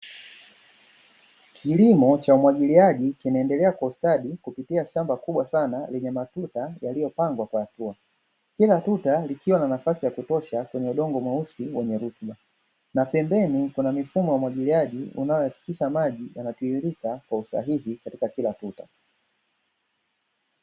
Kilimo cha umwagiliaji kinaendelea kwa ustadi kupitia shamba kubwa sana lenye matuta yaliyopangwa kwa hatua, kila tuta likiwa na nafasi ya kutosha kwenye udongo mweusi wenye rutuba. Na pembeni kuna mfumo wa umwagiliaji unayohakikisha maji yanatiririka kwa usahihi katika kila tuta.